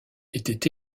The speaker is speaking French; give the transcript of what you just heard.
étaient